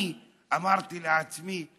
אני אמרתי לעצמי: